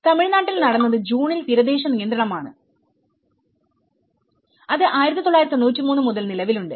തമിഴ്നാട്ടിൽ നടന്നത് ജൂണിൽ തീരദേശ നിയന്ത്രണമാണ് അത് 1993 മുതൽ നിലവിലുണ്ട്